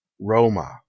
Roma